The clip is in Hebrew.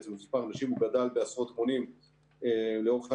בעצם מספר אנשים גדל בעשרות מונים לאורך האירוע,